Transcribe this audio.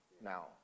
Now